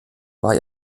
war